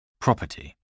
Property